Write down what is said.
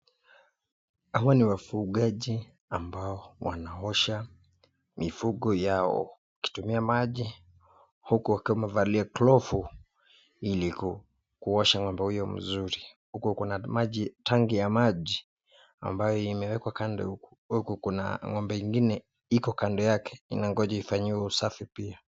Hawa ni wafugaji ambao wanaosha mifugo yao wakitumia maji huku wakiwa wamevalia glavu ili kuosha ng'ombe huyo mzuri. Huku kuna tenki ya maji ambayo imewekwa kando huku kuna ng'ombe ingine iko kando yake inangonja ifanyiwe usafi pia.